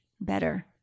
better